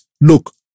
look